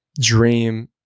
dream